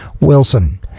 Wilson